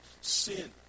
sin